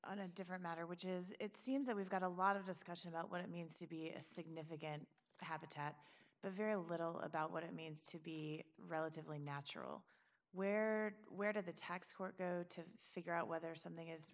on a different matter which is it seems that we've got a lot of discussion about what it means to be a significant habitat but very little about what it means to be relatively natural where where did the tax court go to figure out whether something is